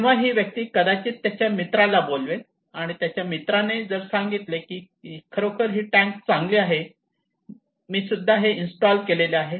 तेव्हा ही व्यक्ती कदाचित त्याच्या मित्राला बोलवेल आणि त्याच्या मित्राने जर सांगितले की खरोखर हि टॅंक चांगली आहे मी सुद्धा हे इन्स्टॉल केलेले आहे